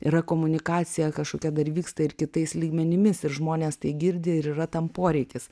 yra komunikacija kažkokia dar vyksta ir kitais lygmenimis ir žmonės tai girdi ir yra tam poreikis